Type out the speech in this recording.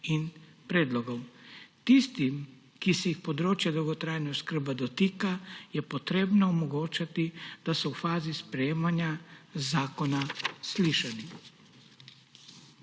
in predlogov. Tistim, ki se jih področje dolgotrajne oskrbe dotika, je potrebno omogočati, da so v fazi sprejemanja zakona slišani.